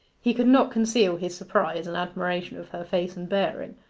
he could not conceal his surprise and admiration of her face and bearing.